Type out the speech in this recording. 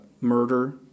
Murder